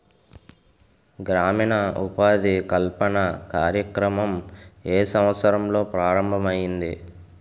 గ్రామీణ ఉపాధి కల్పన కార్యక్రమం ఏ సంవత్సరంలో ప్రారంభం ఐయ్యింది?